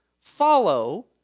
follow